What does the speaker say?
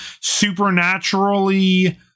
supernaturally